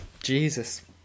Jesus